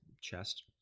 chest